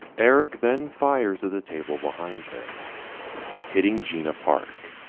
eric then fires of the table behind him hitting jena park.